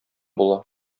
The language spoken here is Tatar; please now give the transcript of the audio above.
була